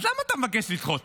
אז למה אתה מבקש לדחות?